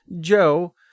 joe